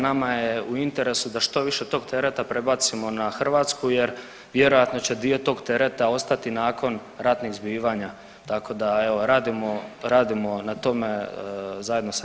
Nama je u interesu da što više tog tereta prebacimo na Hrvatsku jer vjerojatno će dio tog tereta ostati nakon ratnih zbivanja, tako da evo, radimo na tome zajedno sa EK.